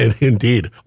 Indeed